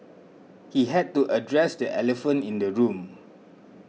he had to address the elephant in the room